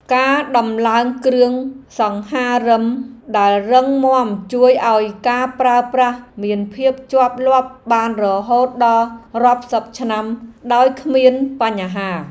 ការដំឡើងគ្រឿងសង្ហារិមដែលរឹងមាំជួយឱ្យការប្រើប្រាស់មានភាពជាប់លាប់បានរហូតដល់រាប់សិបឆ្នាំដោយគ្មានបញ្ហា។